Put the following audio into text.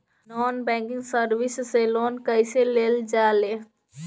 Non banking service से loan कैसे लेल जा ले?